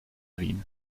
wien